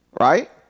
Right